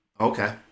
Okay